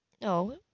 No